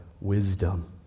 wisdom